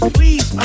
Please